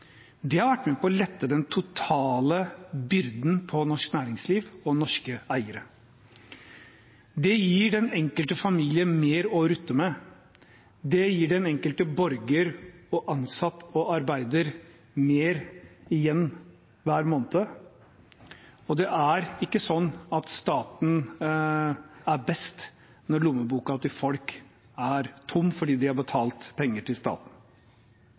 Det har vært med på å lette den totale byrden for norsk næringsliv og norske eiere. Det gir den enkelte familie mer å rutte med. Det gir den enkelte borger og ansatt og arbeider mer igjen hver måned, og det er ikke sånn at staten er best når lommeboken til folk er tom fordi de har betalt penger til staten.